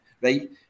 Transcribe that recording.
right